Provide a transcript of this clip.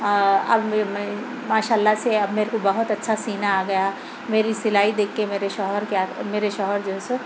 آ اب بی میں ماشاء اللہ سے اب میرے کو بہت اچھا سینا آ گیا میری سِلائی دیکھ کے میرے شوہر کیا میرے شوہر جو ہے سو